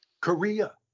Korea